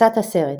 הפצת הסרט